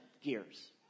gears